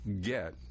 get